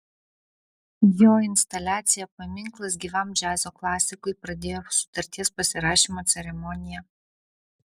jo instaliacija paminklas gyvam džiazo klasikui pradėjo sutarties pasirašymo ceremoniją